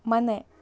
ಮನೆ